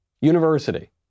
University